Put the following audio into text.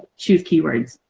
choose keywords.